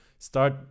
start